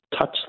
touch